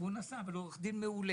והוא עורך דין מעולה.